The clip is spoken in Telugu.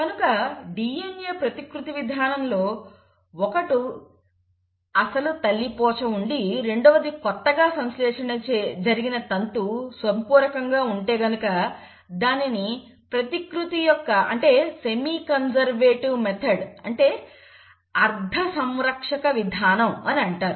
కనుక DNA ప్రతికృతి విధానంలో ఒకటి అసలు తల్లి పోచ ఉండి రెండవది కొత్తగా సంశ్లేషణ జరిగిన తంతు సంపూరకంగా ఉంటే గనుక దానిని ప్రతికృతి యొక్క సెమి కన్సర్వేటివ్ మెథడ్ అంటే అర్ధ సంరక్షక విధానం అని అంటారు